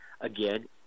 again